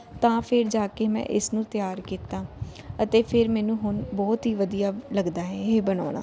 ਤਾਂ ਫਿਰ ਜਾ ਕੇ ਮੈਂ ਇਸ ਨੂੰ ਤਿਆਰ ਕੀਤਾ ਅਤੇ ਫਿਰ ਮੈਨੂੰ ਹੁਣ ਬਹੁਤ ਹੀ ਵਧੀਆ ਲੱਗਦਾ ਹੈ ਇਹ ਬਣਾਉਣਾ